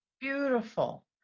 Beautiful